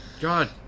God